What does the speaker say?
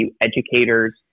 educators